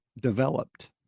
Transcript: developed